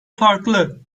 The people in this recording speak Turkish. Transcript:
farklı